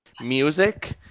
music